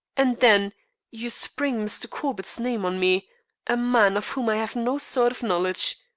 and then you spring mr. corbett's name on me a man of whom i have no sort of knowledge.